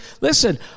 listen